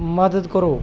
ਮਦਦ ਕਰੋ